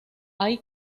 hay